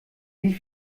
wie